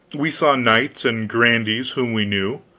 we saw knights and grandees whom we knew,